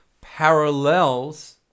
parallels